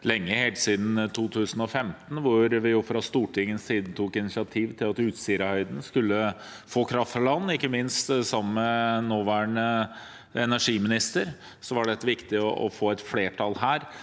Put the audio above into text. lenge, helt siden 2015, da vi fra Stortingets side tok initiativ til at Utsirahøyden skulle få kraft fra land. Ikke minst sammen med nåværende energiminister var det viktig å få et flertall for